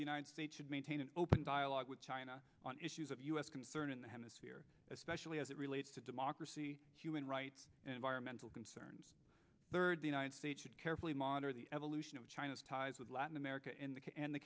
the united states should maintain an open dialogue with china on issues of u s concern in the hemisphere especially as it relates to democracy human rights and environmental concerns third the united states should carefully monitor the evolution of china's ties with latin america and the